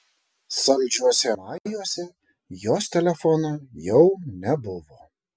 saldžiuose majuose jos telefono jau nebuvo